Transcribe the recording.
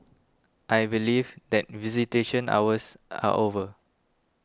I believe that visitation hours are over